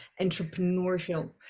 entrepreneurial